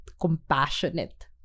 compassionate